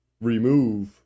remove